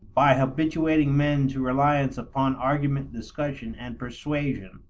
by habituating men to reliance upon argument, discussion, and persuasion.